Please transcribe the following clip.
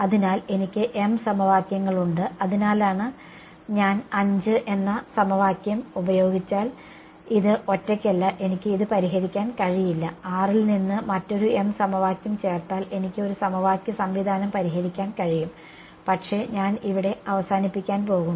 അതിനാൽ എനിക്ക് m സമവാക്യങ്ങളുണ്ട് അതിനാലാണ് ഞാൻ 5 എന്ന സമവാക്യം ഉപയോഗിച്ചാൽ ഇത് ഒറ്റയ്ക്കല്ല എനിക്ക് ഇത് പരിഹരിക്കാൻ കഴിയില്ല 6 ൽ നിന്ന് മറ്റൊരു m സമവാക്യം ചേർത്താൽ എനിക്ക് ഒരു സമവാക്യ സംവിധാനം പരിഹരിക്കാൻ കഴിയും പക്ഷേ ഞാൻ ഇവിടെ അവസാനിപ്പിക്കാൻ പോകുന്നു